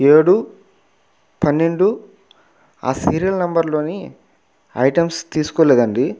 ఏడు పన్నెండు ఆ సీరియల్ నెంబర్లోని ఐటమ్స్ తీసుకోలేదండి